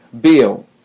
bill